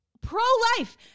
pro-life